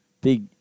Big